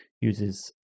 uses